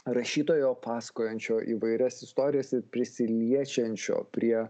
rašytojo pasakojančio įvairias istorijas ir prisiliečiančio prie